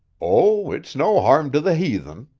oh, it's no harm to the haythen,